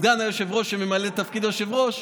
סגן היושב-ראש שממלא תפקיד יושב-ראש,